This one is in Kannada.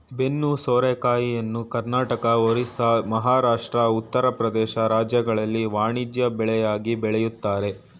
ಬೆನ್ನು ಸೋರೆಕಾಯಿಯನ್ನು ಕರ್ನಾಟಕ, ಒರಿಸ್ಸಾ, ಮಹಾರಾಷ್ಟ್ರ, ಉತ್ತರ ಪ್ರದೇಶ ರಾಜ್ಯಗಳಲ್ಲಿ ವಾಣಿಜ್ಯ ಬೆಳೆಯಾಗಿ ಬೆಳಿತರೆ